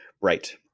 Right